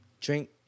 drink